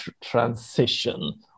transition